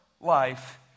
life